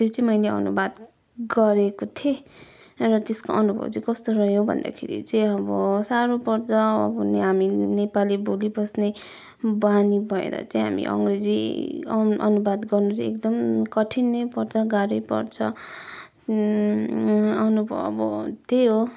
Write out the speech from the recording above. त्यो चाहिँ मैले अनुवाद गरेको थिएँ र त्यसको अनुभव चाहिँ कस्तो रह्यो भन्दाखेरि चाहिँ अब साह्रो पर्छ अब हामी नेपाली बोलिबस्ने बानी भएर चाहिँ हामी अङ्ग्रेजी अन अनुवाद गर्नु चाहिँ एकदम कठिनै पर्छ गाह्रै पर्छ अनुभव अब त्यहीँ हो